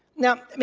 now,